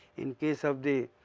in case of the,